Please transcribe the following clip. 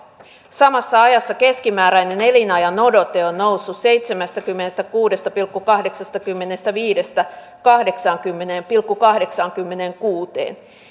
samassa ajassa keskimääräinen elinajanodote on noussut seitsemästäkymmenestäkuudesta pilkku kahdeksastakymmenestäviidestä kahdeksaankymmeneen pilkku kahdeksaankymmeneenkuuteen